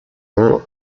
loro